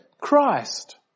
Christ